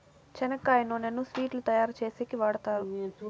చెనక్కాయ నూనెను స్వీట్లు తయారు చేసేకి వాడుతారు